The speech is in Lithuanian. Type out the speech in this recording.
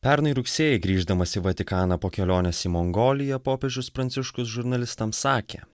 pernai rugsėjį grįždamas į vatikaną po kelionės į mongoliją popiežius pranciškus žurnalistams sakė